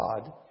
God